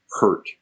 hurt